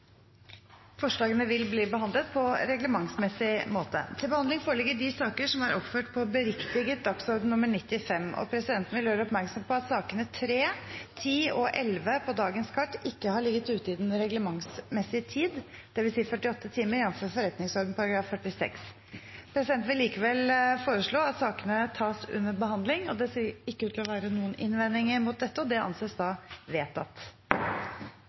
Forslagene vil bli behandlet på reglementsmessig måte. Presidenten vil gjøre oppmerksom på at sakene nr. 3, 10 og 11 på dagens kart ikke har ligget ute i den reglementsmessige tid, dvs. 48 timer, jf. forretningsordenen § 46. Presidenten vil likevel foreslå at sakene tas under behandling. Ingen innvendinger er kommet mot dette – og det anses vedtatt. Sakene nr. 1 og 2 vil bli behandlet under ett. Sakene gjelder lovanmerkning 2 og